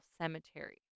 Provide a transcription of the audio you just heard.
cemetery